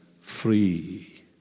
free